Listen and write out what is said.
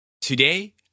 Today